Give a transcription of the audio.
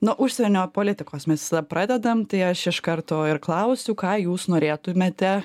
nuo užsienio politikos mes visada pradedam tai aš iš karto ir klausiu ką jūs norėtumėte